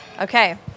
Okay